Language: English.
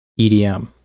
EDM